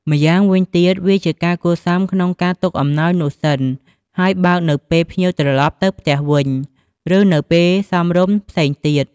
ម្យ៉ាងវិញទៀត វាជាការគួរសមក្នុងការទុកអំណោយនោះសិន ហើយបើកនៅពេលភ្ញៀវត្រឡប់ទៅផ្ទះវិញ ឬនៅពេលសមរម្យផ្សេងទៀត។